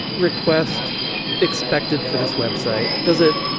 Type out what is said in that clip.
request expected for this website? does it